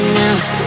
now